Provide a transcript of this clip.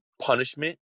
punishment